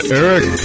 eric